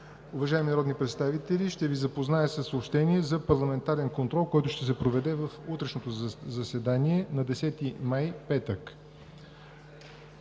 Уважаеми народни представители, ще Ви запозная със съобщенията за парламентарния контрол, който ще се проведе в утрешното заседание на 10 май 2019